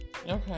Okay